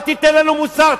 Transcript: אל תיתן לנו מוסר,